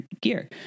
gear